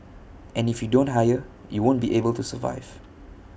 and if you don't hire you won't be able to survive